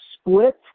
split